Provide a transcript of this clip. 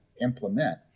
implement